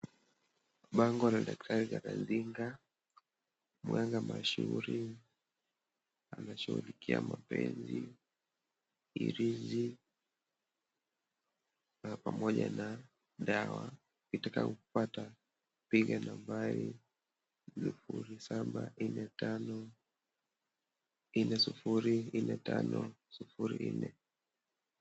Bango la daktari Galazinga mganga mashuhuri anashughulikia mapenzi ilizi na pamoja na dawa ukitaka kupata upige nambari 0745404504